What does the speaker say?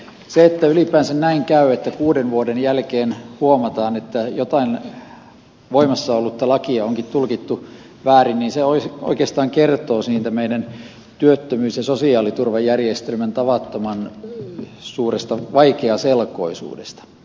se että ylipäänsä näin käy että kuuden vuoden jälkeen huomataan että jotain voimassa ollutta lakia onkin tulkittu väärin oikeastaan kertoo meidän työttömyys ja sosiaaliturvajärjestelmämme tavattoman suuresta vaikeaselkoisuudesta